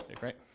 right